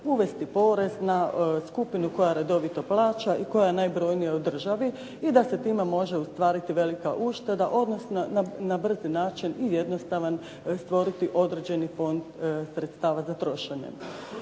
uvesti porez na skupinu koja redovito plaća i koja je najbrojnija u državi i da se time može ostvariti velika ušteda, odnosno na brzi način i jednostavan stvoriti određeni fond sredstava za trošenje.